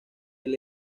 del